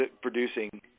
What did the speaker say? producing